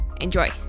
Enjoy